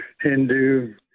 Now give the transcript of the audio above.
Hindu